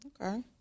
Okay